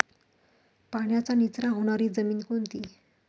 पाण्याचा निचरा होणारी जमीन कोणती?